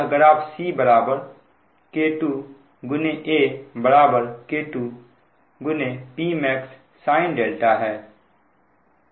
और यह graph C K2 A K2 Pmax sin है